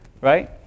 right